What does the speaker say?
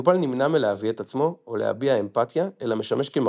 המטופל נמנע מלהביא את עצמו או להביע אמפתיה אלא משמש כמראה.